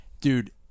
Dude